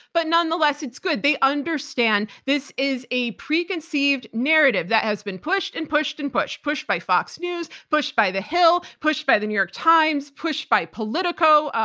but nonetheless, it's good. they understand this is a preconceived narrative that has been pushed and pushed and pushed, pushed by fox news, pushed by the hill, pushed by the new york times, pushed by politico,